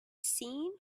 seen